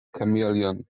chameleon